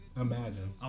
imagine